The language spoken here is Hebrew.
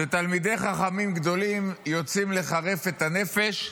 שתלמידי חכמים גדולים יוצאים לחרף את הנפש,